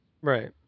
Right